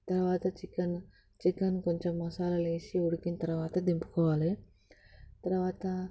తర్వాత chicken chicken కొంచెం మసాలాలు వేసి ఉడికిన తర్వాత దింపుకోవాలి తర్వాత